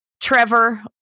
Trevor